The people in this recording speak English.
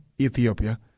Ethiopia